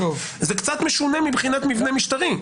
זה קצת משונה מבחינת מבנה משטרי.